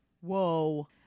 Whoa